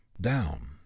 down